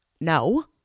no